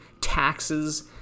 taxes